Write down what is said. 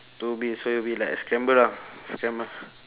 two B so it will be like a scrambler lah scrambler